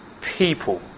people